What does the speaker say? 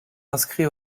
inscrit